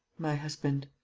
my husband.